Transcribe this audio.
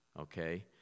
okay